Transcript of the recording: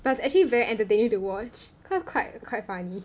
but it's actually very entertaining to watch cause quite quite funny